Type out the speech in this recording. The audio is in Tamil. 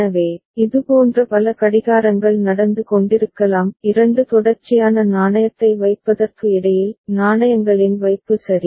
எனவே இதுபோன்ற பல கடிகாரங்கள் நடந்து கொண்டிருக்கலாம் இரண்டு தொடர்ச்சியான நாணயத்தை வைப்பதற்கு இடையில் நாணயங்களின் வைப்பு சரி